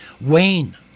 Wayne